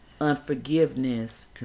unforgiveness